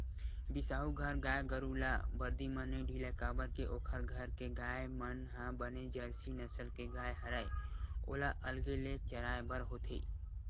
बिसाहू घर गाय गरु ल बरदी म नइ ढिलय काबर के ओखर घर के गाय मन ह बने जरसी नसल के गाय हरय ओला अलगे ले चराय बर होथे